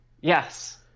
Yes